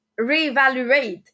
reevaluate